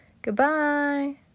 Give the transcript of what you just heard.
Goodbye